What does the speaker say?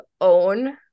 own